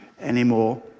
anymore